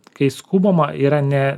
kai skubama yra ne